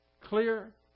clear